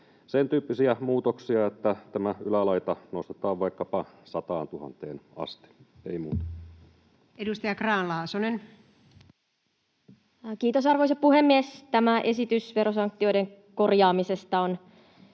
sentyyppisiä muutoksia, että ylälaita nostetaan vaikkapa 100 000:een asti. Ei muuta. Edustaja Grahn-Laasonen. Kiitos, arvoisa puhemies! Tämä esitys verosanktioiden korjaamisesta on